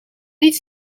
niet